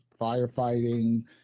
firefighting